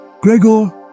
gregor